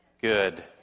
good